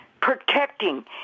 protecting